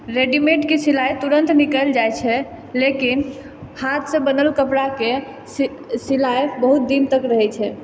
readymade के सिलाइ तुरन्त निकलि जाइ छै लेकिन हाथ सँ बनल कपड़ाके सी सिलाइ बहुत दिन तक रहै छै